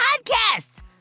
podcast